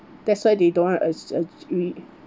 that's why they don't want